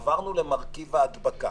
עברנו למרכיב ההדבקה.